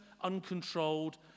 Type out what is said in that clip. uncontrolled